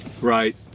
Right